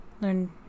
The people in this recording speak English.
Learn